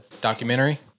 documentary